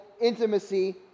Intimacy